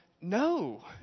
no